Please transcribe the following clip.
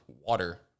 water